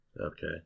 okay